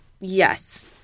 yes